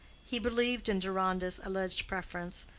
he believed in deronda's alleged preference,